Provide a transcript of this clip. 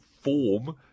form